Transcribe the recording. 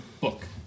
book